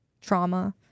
trauma